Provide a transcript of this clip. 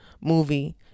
movie